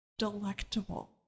delectable